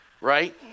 Right